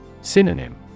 synonym